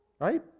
right